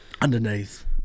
Underneath